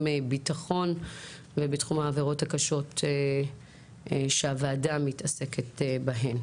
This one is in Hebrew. ביטחון ובתחום העברות הקשות שהוועדה עוסקת בהם.